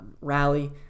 rally